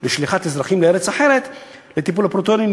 לשליחת אזרחים לארץ אחרת לטיפול בפרוטונים,